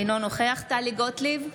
אינו נוכח טלי גוטליב,